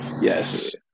Yes